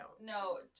No